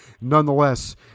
Nonetheless